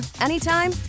anytime